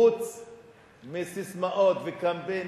חוץ מססמאות, וקמפיינים,